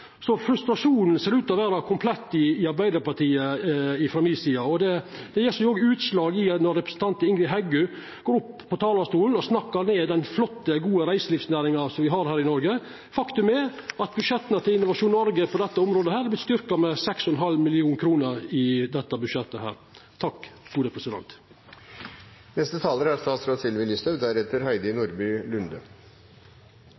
Så frustrasjonen ser frå mi side ut til å vera komplett i Arbeidarpartiet. Det gjev seg òg utslag i at Ingrid Heggø går opp på talarstolen og snakkar ned den flotte, gode reiselivsnæringa som me har her i Noreg. Faktum er at budsjetta til Innovasjon Noreg på dette området er styrkte med 6,5 mill. kr i dette budsjettet. Jeg har lyst til å kommentere det med antall bruk, som representanten Pollestad var inne på. Det er